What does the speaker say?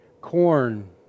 Corn